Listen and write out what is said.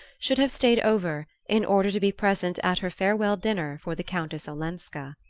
should have stayed over in order to be present at her farewell dinner for the countess olenska.